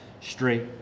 straight